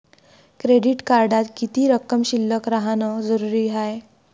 Credit कार्डात किती रक्कम शिल्लक राहानं जरुरी हाय?